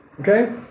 Okay